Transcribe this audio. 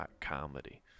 comedy